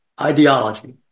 ideology